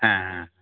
হ্যাঁ হ্যাঁ